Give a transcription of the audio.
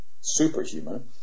superhuman